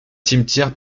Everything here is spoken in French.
cimetière